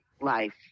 life